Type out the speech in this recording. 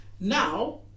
Now